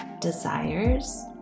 desires